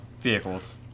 vehicles